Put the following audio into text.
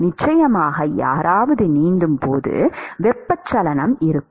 நிச்சயமாக யாராவது நீந்தும்போது வெப்பச்சலனம் இருக்கும்